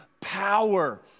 power